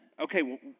okay